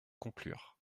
conclure